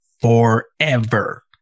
forever